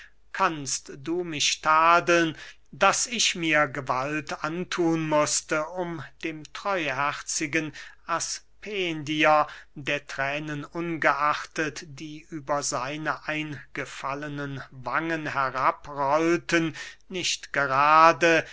kannst du mich tadeln daß ich mir gewalt anthun mußte um dem treuherzigen aspendier der thränen ungeachtet die über seine eingefallenen wangen herabrollten nicht gerade